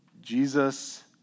Jesus